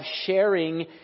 sharing